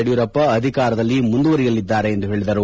ಯಡಿಯೂರಪ್ಪ ಅಧಿಕಾರದಲ್ಲಿ ಮುಂದುವರೆಯಲಿದ್ದಾರೆ ಎಂದು ಹೇಳಿದರು